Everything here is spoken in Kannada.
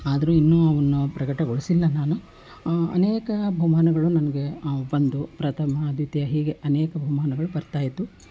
ಆದರೂ ಇನ್ನೂ ಅವನ್ನ ಪ್ರಕಟಗೊಳಿಸಿಲ್ಲ ನಾನು ಅನೇಕ ಬಹುಮಾನಗಳು ನನಗೆ ಬಂದವು ಪ್ರಥಮ ದ್ವಿತೀಯ ಹೀಗೆ ಅನೇಕ ಬಹುಮಾನಗಳು ಬರ್ತಾಯಿದ್ದವು